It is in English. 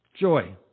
joy